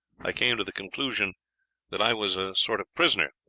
i came to the conclusion that i was a sort of prisoner.